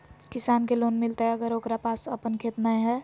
किसान के लोन मिलताय अगर ओकरा पास अपन खेत नय है?